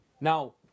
Now